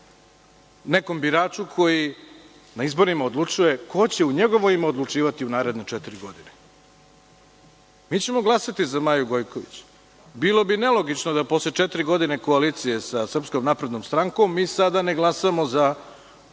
nekom biraču koji na izborima odlučuje ko će u njegovo ime odlučivati u naredne četiri godine. Mi ćemo glasati za Maju Gojković. Bilo bi nelogično da posle četiri godine koalicije sa SNS mi sada ne glasamo za